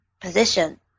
position